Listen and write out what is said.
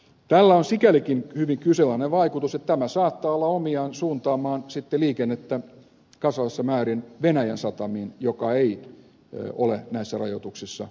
tällä on sikälikin hyvin kyseenalainen vaikutus että tämä saattaa olla omiaan suuntaamaan sitten liikennettä kasvavissa määrin venäjän satamiin jotka eivät ole näissä rajoituksissa mukana